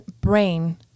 brain